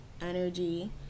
energy